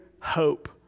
Hope